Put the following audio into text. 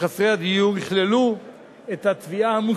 לחסרי הדיור יכללו את התביעה המוסרית הזאת.